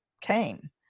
came